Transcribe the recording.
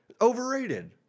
Overrated